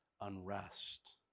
unrest